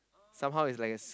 somehow he's like a